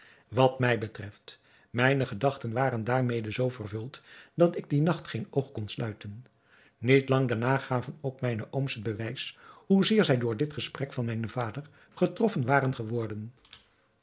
wat mij betreft mijne gedachten waren daarmede zoo vervuld dat ik dien nacht geen oog kon sluiten niet lang daarna gaven ook mijne ooms het bewijs hoezeer zij door dit gesprek van mijnen vader getroffen waren geworden